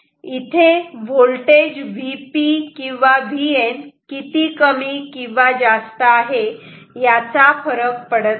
इथे voltage Vp किंवा Vn किती कमी किंवा जास्त आहे याचा फरक पडत नाही